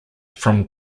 from